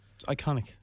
iconic